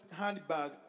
handbag